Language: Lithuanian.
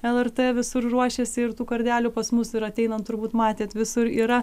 lrt visur ruošiasi ir tų kardelių pas mus ir ateinant turbūt matėt visur yra